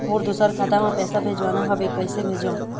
मोर दुसर खाता मा पैसा भेजवाना हवे, कइसे भेजों?